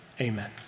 Amen